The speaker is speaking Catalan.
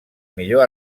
millor